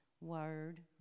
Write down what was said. word